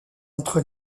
entre